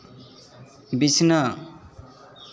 ᱵᱤᱪᱷᱱᱟᱹ